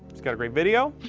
he's got a great video.